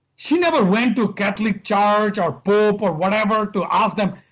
she never went to catholic church or pope, or whatever to ask them,